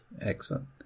Excellent